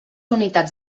unitats